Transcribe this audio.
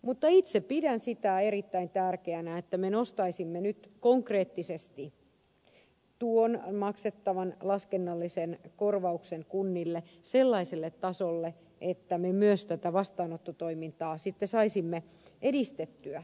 mutta itse pidän erittäin tärkeänä että me nostaisimme nyt konkreettisesti tuon maksettavan laskennallisen korvauksen kunnille sellaiselle tasolle että me myös tätä vastaanottotoimintaa sitten saisimme edistettyä